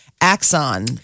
Axon